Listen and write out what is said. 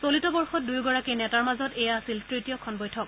চলিত বৰ্ষত দুয়োগৰাকী নেতাৰ মাজত এয়া আছিল তৃতীয়খন বৈঠক